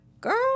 girl